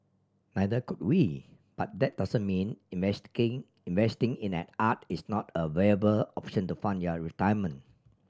neither could we but that doesn't mean investing in an art is not a viable option to fund your retirement